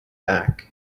back